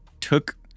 took